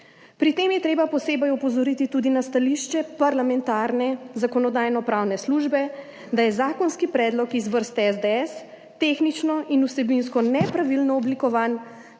Pri tem je treba posebej opozoriti tudi na stališče parlamentarne Zakonodajno-pravne službe, da je zakonski predlog iz vrst SDS tehnično in vsebinsko nepravilno oblikovan